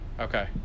Okay